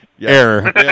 Error